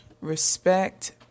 Respect